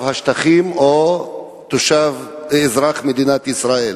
השטחים או תושב ואזרח מדינת ישראל.